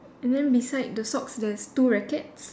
and then beside the socks there's two rackets